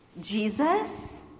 Jesus